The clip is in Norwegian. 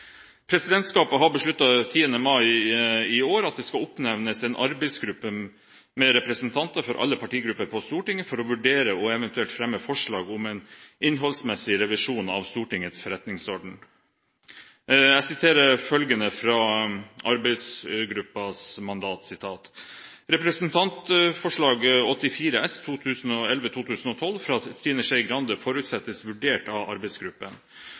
mai i år at det skal oppnevnes en arbeidsgruppe med representanter for alle partigrupper på Stortinget for å vurdere og eventuelt fremme forslag om en innholdsmessig revisjon av Stortingets forretningsorden. Jeg siterer følgende fra arbeidsgruppens mandat: «Representantforslaget 84 S fra Trine Skei Grande forutsettes vurdert av arbeidsgruppen.